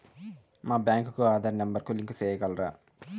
మా బ్యాంకు కు ఆధార్ నెంబర్ కు లింకు సేయగలరా?